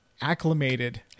Acclimated